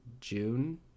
June